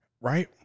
Right